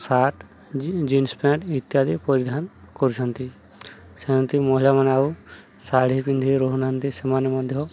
shirt jeans pant ଇତ୍ୟାଦି ପରିଧାନ କରୁଛନ୍ତି ସେମିତି ମହିଳାମାନେ ଆଉ ଶାଢ଼ୀ ପିନ୍ଧି ରହୁନାହାନ୍ତି ସେମାନେ ମଧ୍ୟ